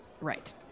Right